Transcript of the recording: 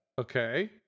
Okay